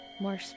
more